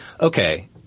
Okay